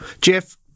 Jeff